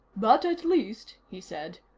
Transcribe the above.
but at least, he said,